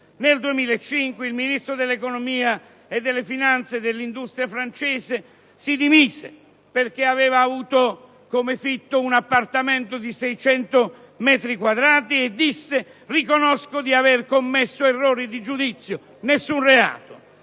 Nel 2005 il Ministro dell'economia, delle finanze e dell'industria francese si dimise perché aveva avuto in fitto gratis un appartamento di 600 metri quadri e disse: «riconosco di aver commesso errori di giudizio». Nessun reato!